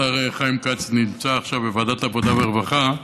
השר חיים כץ נמצא עכשיו בוועדת העבודה והרווחה,